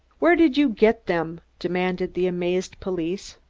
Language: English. where did you get them? demanded the amazed police.